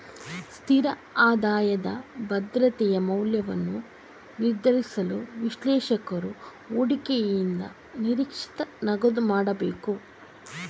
ಸ್ಥಿರ ಆದಾಯದ ಭದ್ರತೆಯ ಮೌಲ್ಯವನ್ನು ನಿರ್ಧರಿಸಲು, ವಿಶ್ಲೇಷಕರು ಹೂಡಿಕೆಯಿಂದ ನಿರೀಕ್ಷಿತ ನಗದು ಮಾಡಬೇಕು